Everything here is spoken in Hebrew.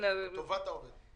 21 זה מספיק זמן.